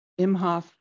Imhoff